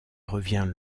revient